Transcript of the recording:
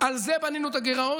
על זה בנינו את הגירעון.